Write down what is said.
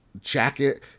jacket